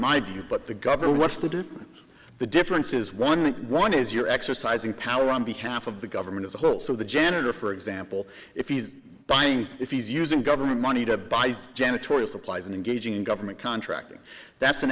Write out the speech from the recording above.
my view but the governor what's the difference the difference is one one is you're exercising power on behalf of the government as a whole so the janitor for example if he's buying if he's using government money to buy janitorial supplies and engaging in government contracting that's an